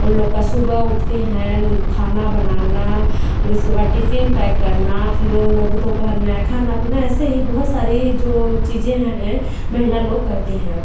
उन लोग का सुबह उठती हैं खाना बनाना फिर उसके बाद टिफिन पैक करना फिर उन लोग को दोपहर में है खाना पीना ऐसे ही बहुत सारी ये जो चीज़ें हैं महिला लोग करती हैं